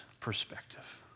perspective